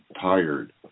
tired